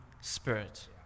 Spirit